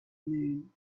moon